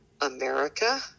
America